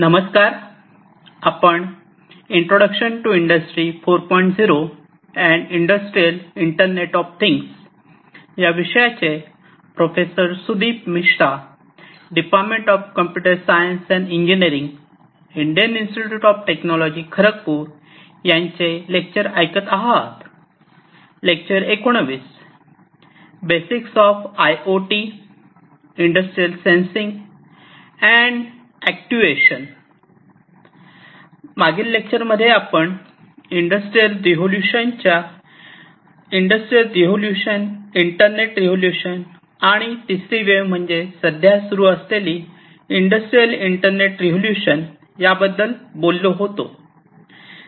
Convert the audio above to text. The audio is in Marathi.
मागील लेक्चरमध्ये आपण इंडस्ट्रियल रिव्होल्यूशनच्या इंडस्ट्रियल रिव्होल्यूशन इंटरनेट रिव्होल्यूशन आणि तिसरी वेव्ह म्हणजे सध्या सुरू असलेली इंडस्ट्रियल इंटरनेट रिव्होल्यूशन याबद्दल बोललो